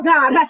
God